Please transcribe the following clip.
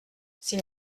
s’il